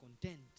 content